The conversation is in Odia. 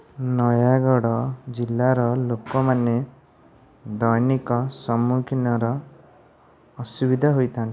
ନୟାଗଡ଼ ଜିଲ୍ଲାର ଲୋକମାନେ ଦୈନିକ ସମ୍ମୁଖୀନର ଅସୁବିଧା ହୋଇଥାଆନ୍ତି